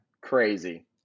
crazy